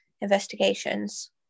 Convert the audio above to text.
investigations